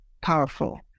powerful